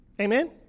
Amen